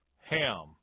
Ham